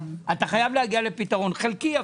אתה חייב להגיע לפתרון אפילו חלקי,